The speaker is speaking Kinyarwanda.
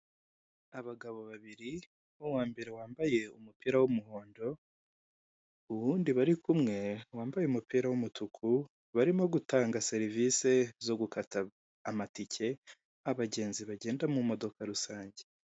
Abagabo babiri uwambere wambaye umupira w'umuhondo uwundi bari kumwe wambaye umupira w'umutuku, barimo gutanga serivise zo gukata amatike y'abagenzi bagenda mu modoka rusange